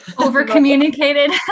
over-communicated